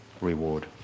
reward